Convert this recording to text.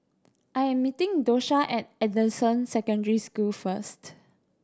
I am meeting Dosha at Anderson Secondary School first